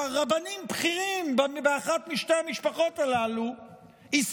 רבנים בכירים באחת משתי המשפחות הללו כבר